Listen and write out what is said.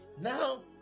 Now